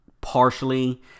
partially